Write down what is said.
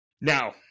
Now